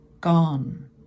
gone